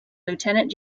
lieutenant